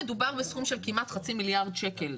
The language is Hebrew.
מדובר בסכום של כמעט חצי מיליארד שקל.